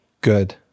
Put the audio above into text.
Good